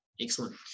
Excellent